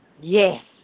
Yes